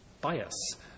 bias